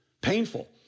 Painful